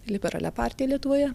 liberalia partija lietuvoje